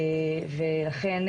לכן,